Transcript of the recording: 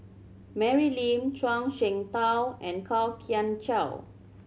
Mary Lim Zhuang Shengtao and Kwok Kian Chow